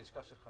הישיבה